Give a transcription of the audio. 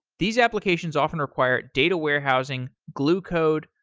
these applications often require data warehousing, glue code,